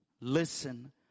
Listen